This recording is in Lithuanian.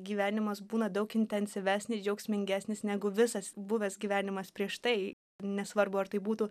gyvenimas būna daug intensyvesnis džiaugsmingesnis negu visas buvęs gyvenimas prieš tai nesvarbu ar tai būtų